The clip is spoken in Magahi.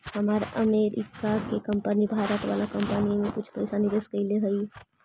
हमार अमरीका के कंपनी भारत वाला कंपनी में कुछ पइसा निवेश कैले हइ